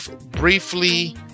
briefly